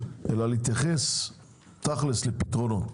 אלא להתייחס תכל'ס לפתרונות.